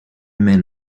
men